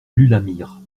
l’ulamir